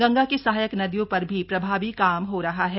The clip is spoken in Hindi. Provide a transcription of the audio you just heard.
गंगा की सहायक नदियों पर भी प्रभावी काम हो रहा है